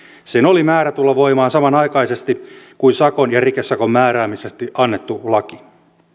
sen oli määrä tulla voimaan samanaikaisesti kuin sakon ja rikesakon määräämisestä annettu laki